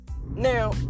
Now